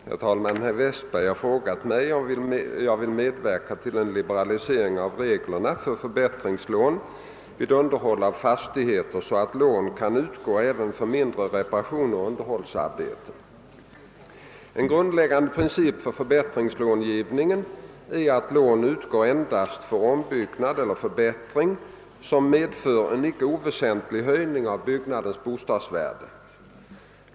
Herr talman! Herr Westberg i Ljusdal har frågat mig, om jag vill medverka till en liberalisering av reglerna för förbättringslån vid underhåll av fastigheter så att lån kan utgå även för mindre reparationer och underhållsarbeten. En grundläggande princip vwid förbättringslångivningen är att lån utgår endast för ombyggnad eller förbättring som medför en icke oväsentlig höjning av byggnadens bostadsvärde.